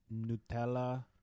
Nutella